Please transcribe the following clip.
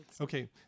Okay